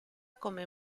come